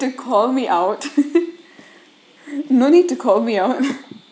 to call me out no need to call me out